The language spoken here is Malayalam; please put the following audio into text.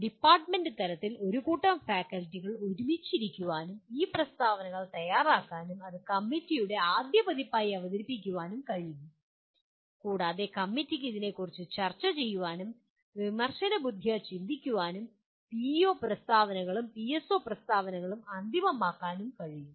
ഡിപ്പാർട്ട്മെന്റ് തലത്തിൽ ഒരു കൂട്ടം ഫാക്കൽറ്റികൾക്ക് ഒരുമിച്ച് ഇരിക്കാനും ഈ പ്രസ്താവനകൾ തയ്യാറാക്കാനും അത് കമ്മിറ്റിയുടെ ആദ്യ പതിപ്പായി അവതരിപ്പിക്കാനും കഴിയും കൂടാതെ കമ്മിറ്റിക്ക് അതിനെക്കുറിച്ച് ചർച്ച ചെയ്യാനും വിമർശനബുദ്ധ്യാ ചിന്തിക്കാനും പിഇഒ പ്രസ്താവനകളും പിഎസ്ഒ പ്രസ്താവനകളും അന്തിമമാക്കാനും കഴിയും